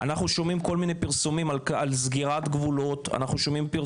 אנחנו שומעים כל מיני פרסומים על סגירת גבולות ועל